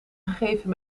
gegeven